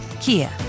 kia